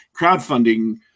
crowdfunding